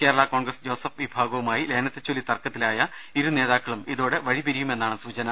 കേരളാ കോൺഗ്രസ് ജോസഫ് വിഭാഗവുമായി ന ലയനത്തെച്ചൊല്ലി തർക്കത്തിലായ ഇരു നേതാക്കളും ഇതോടെ വഴി പിരിയുമെന്നാണ് സൂചന